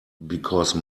because